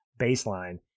baseline